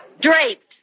Draped